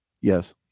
Yes